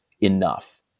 enough